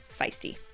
FEISTY